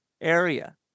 area